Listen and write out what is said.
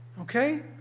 Okay